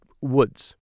woods